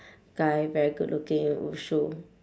guy very good looking in 武术